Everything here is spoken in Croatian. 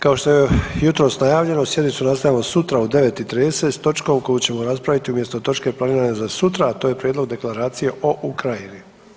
Kao što je jutros najavljeno, sjednicu nastavljamo sutra u 9,30 s točkom koju ćemo raspraviti umjesto točke planirane za sutra, a to je Prijedlog Deklaracije o Ukrajini.